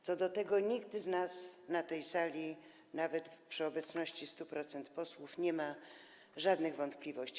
Co do tego nikt z nas na tej sali, nawet przy obecności 100% posłów, nie ma żadnych wątpliwości.